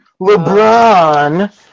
LeBron